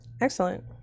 Excellent